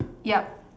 yep